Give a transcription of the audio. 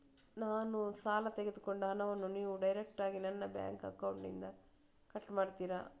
ನಾನು ಸಾಲ ತೆಗೆದುಕೊಂಡ ಹಣವನ್ನು ನೀವು ಡೈರೆಕ್ಟಾಗಿ ನನ್ನ ಬ್ಯಾಂಕ್ ಅಕೌಂಟ್ ಇಂದ ಕಟ್ ಮಾಡ್ತೀರಾ?